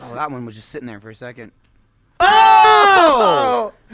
that one was just sitting there for a second oh!